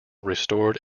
restored